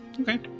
Okay